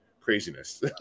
craziness